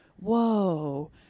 Whoa